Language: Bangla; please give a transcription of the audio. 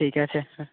ঠিক আছে হ্যাঁ